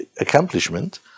accomplishment